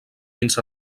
fins